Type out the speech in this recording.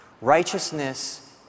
Righteousness